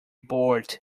bored